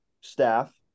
staff